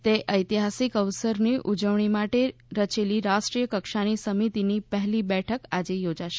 તે ઐતિહાસીક અવસરની ઉજવણી માટે રચેલી રાષ્ટ્રીય કક્ષાની સમિતિની પહેલી બેઠક આજે યોજાશે